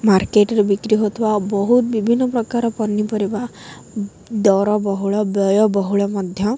ମାର୍କେଟ୍ରେ ବିକ୍ରି ହେଉଥିବା ଆଉ ବହୁତ ବିଭିନ୍ନ ପ୍ରକାର ପନିପରିବା ଦର ବହୁଳ ବ୍ୟୟ ବହୁଳ ମଧ୍ୟ